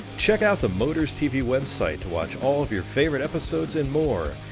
check out the motorz tv website to watch all of your favorite episodes and more.